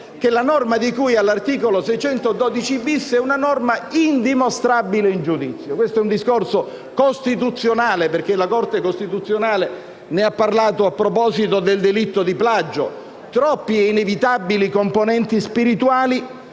che la norma di cui all'articolo 612-*bis è* indimostrabile in giudizio. Questo è un discorso costituzionale, perché la Corte costituzionale ne ha parlato a proposito del delitto di plagio: troppe e inevitabili componenti spirituali